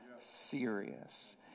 serious